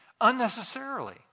unnecessarily